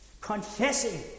confessing